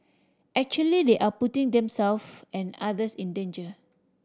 actually they are putting themself and others in danger